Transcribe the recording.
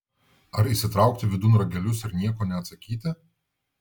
ar įsitraukti vidun ragelius ir nieko neatsakyti